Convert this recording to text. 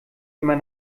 immer